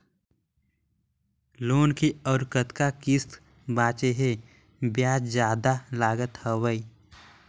Loan के अउ कतका किस्त बांचें हे? ब्याज जादा लागत हवय,